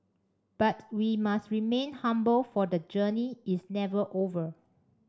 but we must remain humble for the journey is never over